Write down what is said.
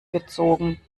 gezogen